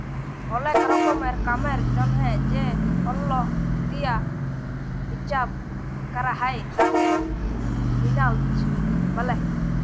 ওলেক রকমের কামের জনহে যে অল্ক দিয়া হিচ্চাব ক্যরা হ্যয় তাকে ফিন্যান্স ব্যলে